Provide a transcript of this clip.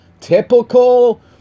Typical